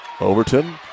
Overton